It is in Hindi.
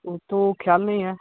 उ तो ख्याल नहीं है